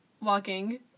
walking